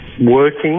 working